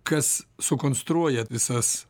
kas sukonstruoja visas